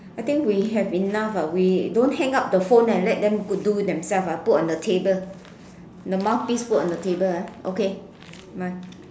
I think we have enough ah we don't hang up the phone and let them do themselves ah put on the table the mouthpiece put on the table ah okay bye